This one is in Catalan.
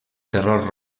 terror